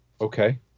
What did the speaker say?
Okay